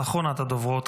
אחרונת הדוברים,